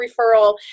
referral